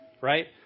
Right